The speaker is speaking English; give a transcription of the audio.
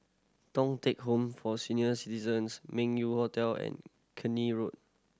Thong Teck Home for Senior Citizens Meng Yew Hotel and Keene Road